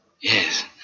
Yes